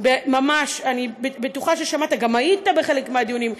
אני בטוחה ששמעת, וגם הייתי בחלק מהדיונים.